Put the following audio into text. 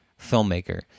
filmmaker